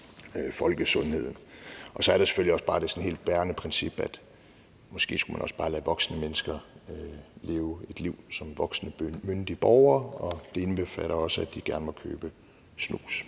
folkesundheden. Så er der selvfølgelig også det sådan helt bærende princip, at måske skulle man bare lade voksne mennesker leve et liv som voksne, myndige borgere, og det indbefatter også, at de gerne må købe snus.